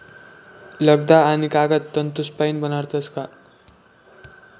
लगदा आणि कागद तंतूसपाईन बनाडतस का